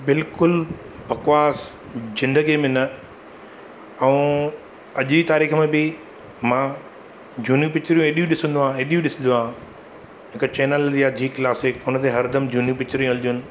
बिल्कुलु बकवास ज़िंदगीअ में न ऐं अॼु जी तारीख़ में बि मां झूनियूं पिकिचरियूं अहिड़ियूं ॾिसंदो अहिड़ियूं ॾिसंदो आहियां हिकु चैनल ईंदी आहे ज़ी क्लासिक उनते हरदमि झूनियूं पिकिचरियूं हलंदियूं आहिनि